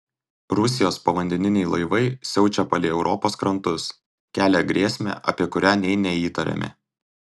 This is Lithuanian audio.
rusijos povandeniniai laivai siaučia palei europos krantus kelia grėsmę apie kurią nė neįtarėme